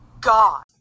god